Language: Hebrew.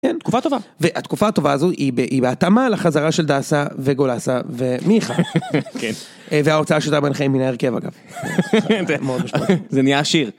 כן, תקופה טובה. והתקופה הטובה הזו היא בהתאמה לחזרה של דאסה וגולסה ומיכה. כן. וההוצאה של טל בן חיים מן ההרכב אגב. זה נהיה עשיר.